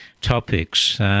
topics